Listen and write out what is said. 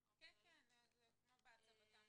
המהות.